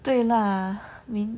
对啦 mean